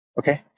Okay